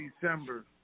December